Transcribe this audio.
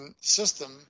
system